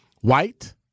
White